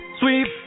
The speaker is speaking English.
sweep